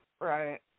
Right